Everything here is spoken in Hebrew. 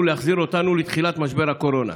להחזיר אותנו לתחילת משבר הקורונה.